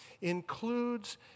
includes